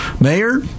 mayor